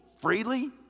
freely